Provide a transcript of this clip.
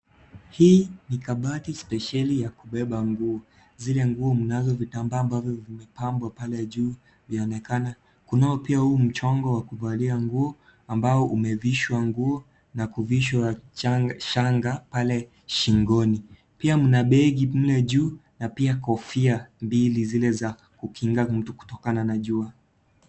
Hii ni kabati spesheli ya kubeba nguo, zile nguo mnazo vitambaa ambavyo vimepambwa pale juu vyaonekana, kunao pia mchongo wa kuvalia nguo ambao umevishwa nguo na kuvishwa shanga pale shingoni, pia mna begi mle juu na pia kofia mbili zile za kukinga mtu kutokana na jua.